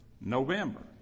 November